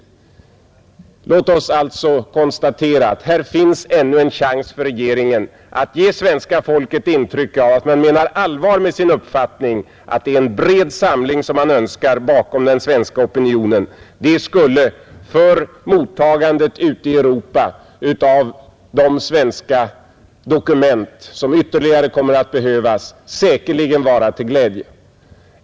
Låt oss alltså konstatera att här finns ännu en chans för regeringen att ge svenska folket intryck av att man menar allvar med sin uppfattning, att det är en bred samling som man önskar bakom den svenska opinionen. Det skulle för mottagandet ute i Europa av de svenska dokument, som ytterligare kommer att behövas, säkerligen vara till glädje.